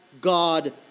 God